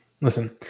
listen